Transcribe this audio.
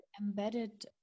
embedded